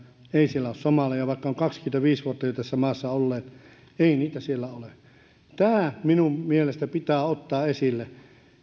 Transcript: ei siellä ole somaleja vaikka ovat kaksikymmentäviisi vuotta jo tässä maassa olleet ei niitä siellä ole tämä minun mielestäni pitää ottaa esille